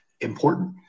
important